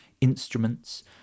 instruments